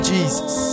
Jesus